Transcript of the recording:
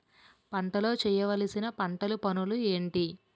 పంటలో చేయవలసిన పంటలు పనులు ఏంటి?